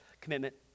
commitment